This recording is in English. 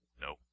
No